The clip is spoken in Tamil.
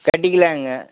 கட்டிக்கிலாங்க